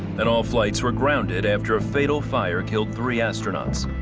and all flights were grounded after a fatal fire killed three astronauts.